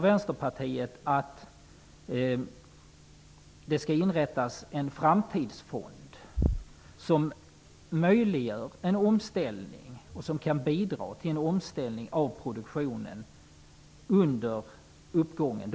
Vänsterpartiet föreslår att det skall inrättas en framtidsfond som möjliggör och kan bidra till en omställning av produktionen under uppgången.